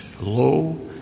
low